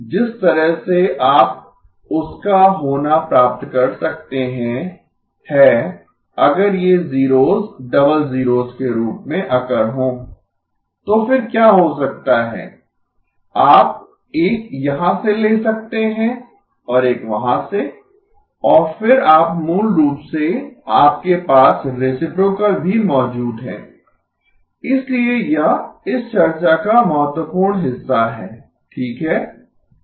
जिस तरह से आप उसका होना प्राप्त कर सकते हैं है अगर ये जीरोस डबल जीरोस के रूप में अकर हो तो फिर क्या हो सकता है आप एक यहां से ले सकते हैं और एक वहां से और फिर आप मूल रूप से आपके पास रेसिप्रोकल भी मौजूद है इसलिए यह इस चर्चा का महत्वपूर्ण हिस्सा है ठीक है